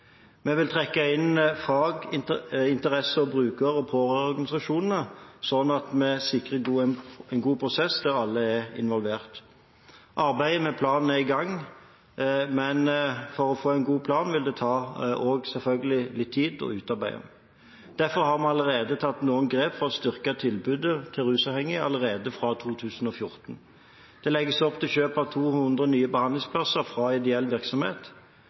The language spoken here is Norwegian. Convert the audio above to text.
Vi vil trekke inn fag, interesser og brukere fra organisasjonene, slik at vi sikrer en god prosess der alle er involvert. Arbeidet med planen er i gang, men for å få en god plan vil det selvfølgelig ta litt tid å utarbeide den. Derfor har vi allerede tatt noen grep for å styrke tilbudet til rusavhengige allerede fra 2014. Det legges opp til kjøp av 200 nye behandlingsplasser fra ideell virksomhet.